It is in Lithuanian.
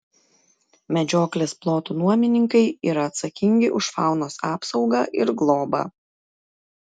medžioklės plotų nuomininkai yra atsakingi už faunos apsaugą ir globą